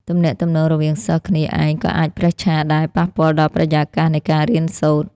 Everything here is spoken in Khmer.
ទំនាក់ទំនងរវាងសិស្សគ្នាឯងក៏អាចប្រេះឆា ដែល ប៉ះពាល់ដល់បរិយាកាសនៃការរៀនសូត្រ។